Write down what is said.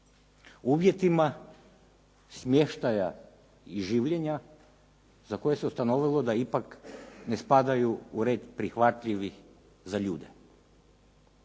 uvjetima smještaja i življenja za koje se ustanovilo da ipak ne spadaju u red prihvatljivih za ljude.